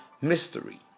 mystery